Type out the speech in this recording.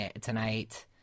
tonight